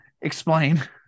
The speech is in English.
explain